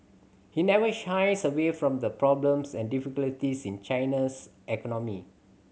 he never shies away from the problems and difficulties in China's economy